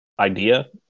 idea